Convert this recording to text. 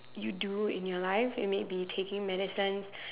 you do in your life you may be taking medicines